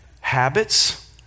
Habits